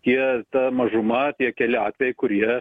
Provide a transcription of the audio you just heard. tie ta mažuma tie keli atvejai kurie